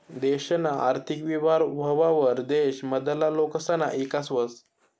देशना आर्थिक विकास व्हवावर देश मधला लोकसना ईकास व्हस